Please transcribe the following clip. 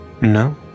No